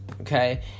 okay